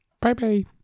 Bye-bye